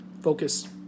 focus